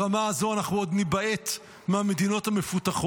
ברמה הזו אנחנו עוד ניבעט מהמדינות המפותחות.